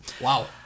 Wow